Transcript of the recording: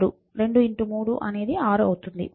2 3 అనేది 6 అవుతుంది